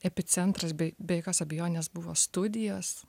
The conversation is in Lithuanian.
epicentras bei be jokios abejonės buvo studijos